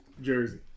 Jersey